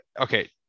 okay